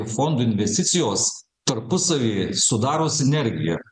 fondų investicijos tarpusavy sudaro sinergiją